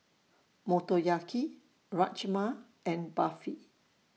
Motoyaki Rajma and Barfi